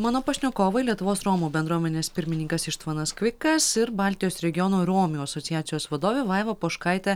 mano pašnekovai lietuvos romų bendruomenės pirmininkas ištvanas kvikas ir baltijos regiono romių asociacijos vadovė vaiva poškaitė